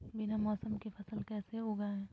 बिना मौसम के फसल कैसे उगाएं?